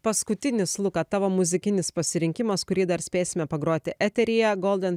paskutinis luka tavo muzikinis pasirinkimas kurį dar spėsime pagroti eteryje golden